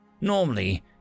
Normally